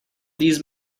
these